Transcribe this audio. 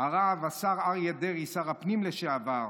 הרב השר אריה דרעי, שר הפנים לשעבר,